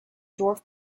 dwarf